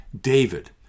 David